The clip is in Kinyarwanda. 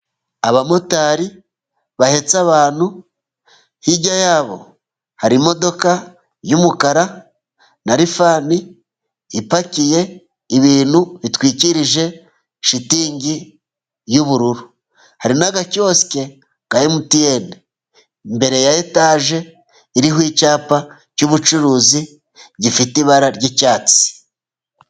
Abamotari bahetse abantu, hirya yabo hari imodoka y'umukara na rifani ipakiye ibintu bitwikirije shitingi y'ubururu, hari n'agakiyosike ka emutiyeni imbere ya etage iriho icyapa cy'ubucuruzi, gifite ibara ry'icyatsi.